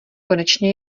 konečně